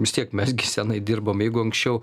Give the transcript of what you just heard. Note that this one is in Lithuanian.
vis tiek mes gi senai dirbam jeigu anksčiau